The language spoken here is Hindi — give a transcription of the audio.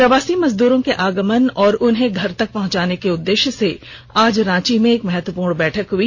प्रवासी मजदूरों के आगमन और उन्हें घर तक पहुंचाने के उददेष्य से आज रांची में एक महत्वपूर्ण बैठक हई